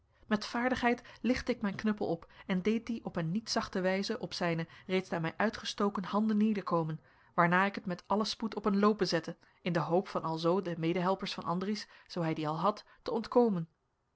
met vaardigheid lichtte ik mijn knuppel op en deed dien op een niet zachte wijze op zijne reeds naar mij uitgestoken handen nederkomen waarna ik het met allen spoed op een loopen zette in de hoop van alzoo den medehelpers van andries zoo hij die al had te ontkomen